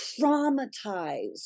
traumatized